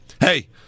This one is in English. hey